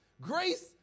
Grace